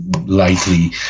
lightly